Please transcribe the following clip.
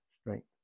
strength